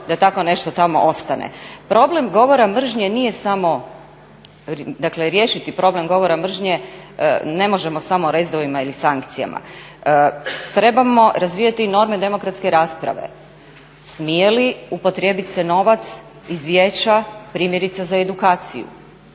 Problem govora mržnje nije samo dakle riješiti problem govora mržnje ne možemo samo rezovima ili sankcijama. Trebamo razvijati norme demokratske rasprave, smije li upotrijebiti se novac iz vijeća primjerice za edukaciju.